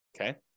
okay